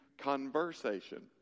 conversation